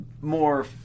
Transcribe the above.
more